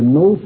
no